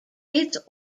its